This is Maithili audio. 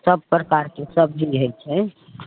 सब प्रकारके सब्जी होइ छै